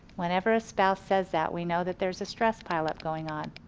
whenever a spouse says that we know that there is a stress pile-up going on.